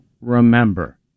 remember